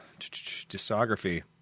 Discography